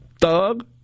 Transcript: thug